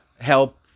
help